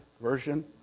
Version